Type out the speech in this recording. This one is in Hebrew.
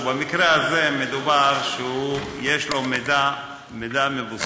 ובמקרה הזה מדובר שיש לו מידע מבוסס,